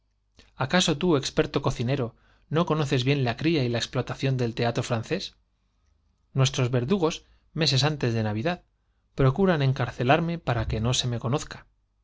acaso tú experto cocinero no conoces bien la cría y la explotación del teatro francés n ues tros verdugos meses antes de navidad procuran encarcelarrne para que no se me conozca